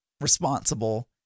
responsible